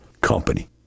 company